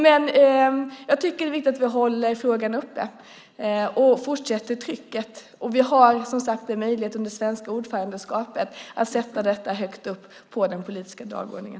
Det är dock viktigt att vi håller frågan levande och fortsätter att sätta tryck på Burma. Vi har under det svenska ordförandeskapet möjlighet att sätta frågan högt upp på den politiska dagordningen.